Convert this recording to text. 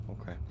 Okay